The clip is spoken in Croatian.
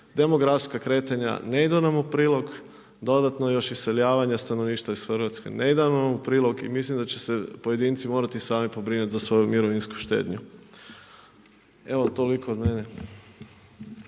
demografska kretanja ne idu nam prilog, dodatno još iseljavanje stanovništva iz Hrvatske ne ide nam u prilog i mislim da će se pojedinci morati sami pobrinuti za svoju mirovinsku štednju. Evo toliko od mene.